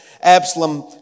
Absalom